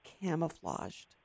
camouflaged